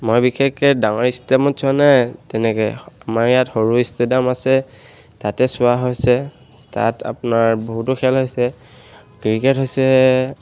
মই বিশেষকৈ ডাঙৰ ইষ্টেডিয়ামত চোৱা নাই তেনেকে আমাৰ ইয়াত সৰু ইষ্টেডিয়াম আছে তাতে চোৱা হৈছে তাত আপোনাৰ বহুতো খেল হৈছে ক্ৰিকেট হৈছে